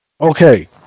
Okay